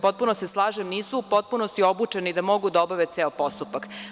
Potpuno se slažem da nisu u potpunosti obučeni da mogu da obave ceo postupak.